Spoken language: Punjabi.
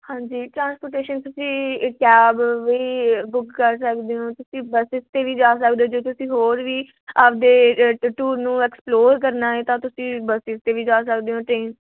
ਹਾਂਜੀ ਟਰਾਂਸਪੋਟੇਸ਼ਨ ਤੁਸੀਂ ਅ ਕੈਬ ਵੀ ਬੁੱਕ ਕਰ ਸਕਦੇ ਹੋ ਤੁਸੀਂ ਬੱਸਿਸ 'ਤੇ ਵੀ ਜਾ ਸਕਦੇ ਹੋ ਜੇ ਤੁਸੀਂ ਹੋਰ ਵੀ ਆਪਣੇ ਟੂਰ ਨੂੰ ਐਕਸਪਲੋਰ ਕਰਨਾ ਹੈ ਤਾਂ ਤੁਸੀਂ ਬੱਸਿਸ 'ਤੇ ਵੀ ਜਾ ਸਕਦੇ ਹੋ ਟ੍ਰੇਨਸ